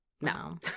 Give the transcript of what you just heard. no